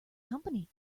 company